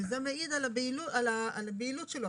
וזה מעיד על הבהילות שלו.